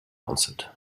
answered